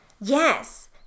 Yes